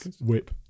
whip